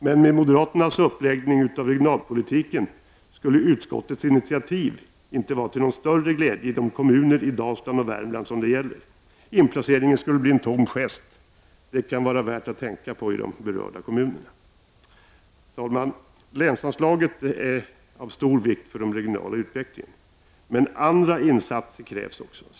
Men med moderaternas uppläggning av regionalpolitiken skulle utskottets initiativ inte vara till någon större glädje i de kommuner i Dalsland och Värmland som det gäller. Inplaceringen skulle bli en tom gest. Det kan vara värt att tänka på i de berörda kommunerna. Herr talman! Länsanslaget är av stor vikt för den regionala utvecklingen. Men andra insatser krävs också.